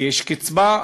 יש קצבה,